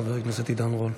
חבר הכנסת עידן רול.